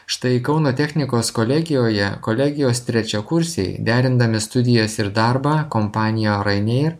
štai kauno technikos kolegijoje kolegijos trečiakursiai derindami studijas ir darbą kompanijoj ryanair